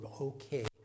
okay